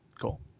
cool